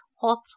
hot